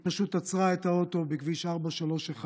היא פשוט עצרה את האוטו בכביש 431,